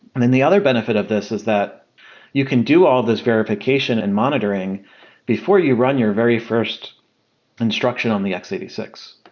then the other benefit of this is that you can do all this verification and monitoring before you run your very first instruction on the x eight six.